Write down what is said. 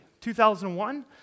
2001